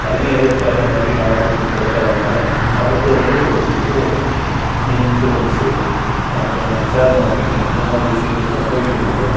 அதுலையும் எதிர்ப்பார்த்த மாதிரி லாபங்கள் கிடைக்காதனால அடுத்து வந்து இப்போ இந்த இன்சூரன்ஸு அப்புறம் ஷேர் மார்க்கெட்டிங் இந்த மாதிரி விஷியங்களில் போயிட்டுருக்கேங்க சார்